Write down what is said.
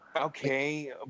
Okay